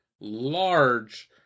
large